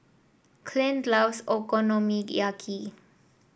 Clint loves Okonomiyaki